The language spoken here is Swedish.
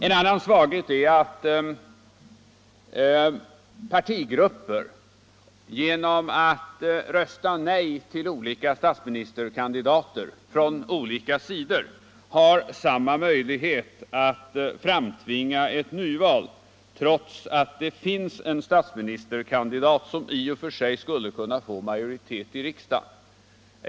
En annan svaghet är att partigrupper genom att rösta nej till flera statsministerkandidater från olika sidor har samma möjlighet att framtvinga ett nyval, trots att det finns en statsministerkandidat som i och för sig skulle kunna få majoritet i riksdagen.